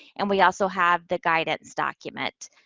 and we also have the guidance document.